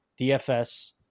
DFS